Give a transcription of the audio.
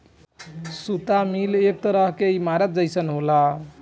सुता मिल एक तरह के ईमारत के जइसन होला